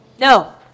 No